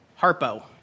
Harpo